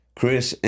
chris